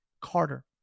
Carter